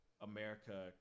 America